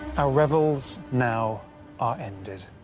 our revels now are ended.